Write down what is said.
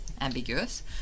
ambiguous